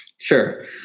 Sure